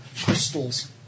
crystals